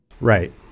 Right